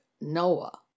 Noah